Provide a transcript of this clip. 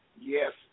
yes